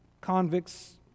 convicts